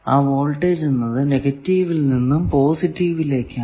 ആ വോൾടേജ് എന്നത് നെഗറ്റീവിൽ നിന്നും പോസിറ്റീവിലേക്കാണ്